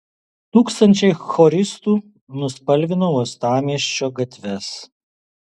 tūkstančiai choristų nuspalvino uostamiesčio gatves